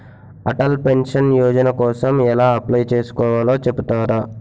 Atal pension Yojana కోసం ఎలా apply చేసుకోవాలో చెపుతారా?